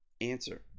Answer